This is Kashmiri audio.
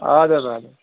اَدٕ حظ ادٕ حظ